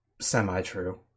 semi-true